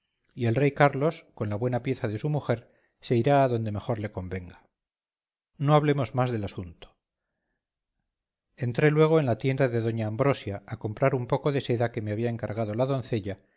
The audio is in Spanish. y el rey carlos con la buena pieza de su mujer se irá a donde mejor le convenga no hablemos más del asunto entré luego en la tienda de doña ambrosia a comprar un poco de seda que me había encargado la doncella